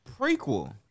prequel